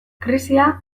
krisia